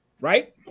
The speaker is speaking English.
right